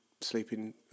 sleeping